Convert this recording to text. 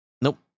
Nope